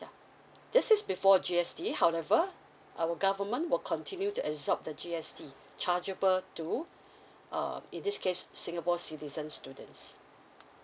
yeah this is before G_S_T however our government will continue to absorb the G_S_T chargeable to uh in this case singapore citizen students